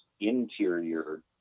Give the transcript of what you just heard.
interior